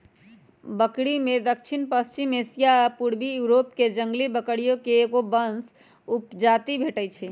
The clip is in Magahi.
बकरिमें दक्षिणपश्चिमी एशिया आ पूर्वी यूरोपके जंगली बकरिये के एगो वंश उपजाति भेटइ हइ